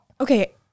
Okay